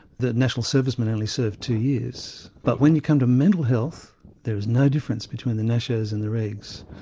the national servicemen only served two years but when you come to mental health there is no difference between the natios and the regs.